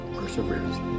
perseverance